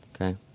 Okay